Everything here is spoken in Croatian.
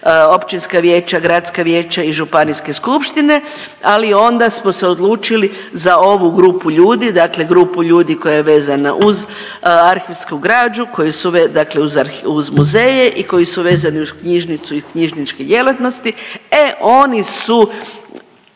općinska vijeća, gradska vijeća i županijske skupštine, ali onda smo se odlučili za ovu grupu ljudi, dakle grupu ljudi koja je vezana uz arhivsku građu, koji su, dakle uz muzeje i koji su vezani uz knjižnicu i knjižničke djelatnosti, e oni su,